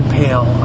pale